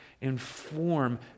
inform